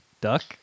duck